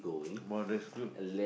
!wow! that's good